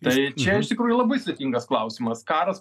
tai čia iš tikrųjų labai sudėtingas klausimas karas